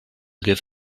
give